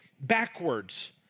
backwards